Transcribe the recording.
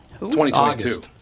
2022